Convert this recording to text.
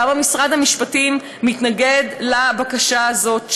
למה משרד המשפטים מתנגד לבקשה הזאת שלנו?